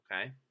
Okay